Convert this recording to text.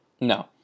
No